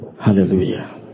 Hallelujah